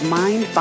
mind